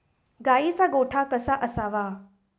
गाईचा गोठा कसा असावा?